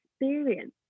experience